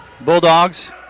Bulldogs